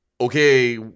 okay